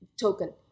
token